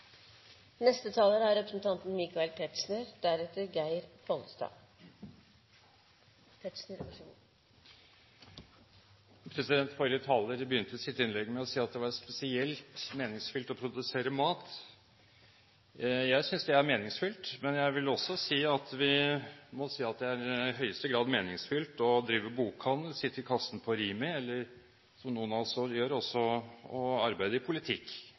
Forrige taler begynte sitt innlegg med å si at det var spesielt meningsfylt å produsere mat. Jeg synes det er meningsfylt, men jeg vil også si at det i høyeste grad er meningsfylt å drive bokhandel, sitte i kassen på Rimi eller – som noen av oss gjør – å arbeide i politikk.